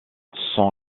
son